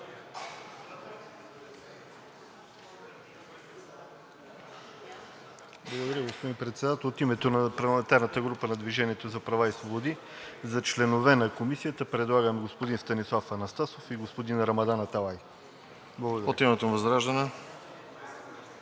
Благодаря, господин Председател. От името на парламентарната група на „Движение за права и свободи“ за членове на Комисията предлагам господин Станислав Анастасов и господин Рамадан Аталай. Благодаря.